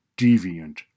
deviant